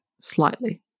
slightly